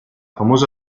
famosa